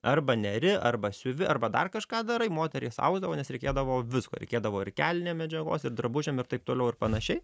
arba neri arba siuvi arba dar kažką darai moterys ausdavo nes reikėdavo visko reikėdavo ir kelnėm medžiagos ir drabužiam ir taip toliau ir panašiai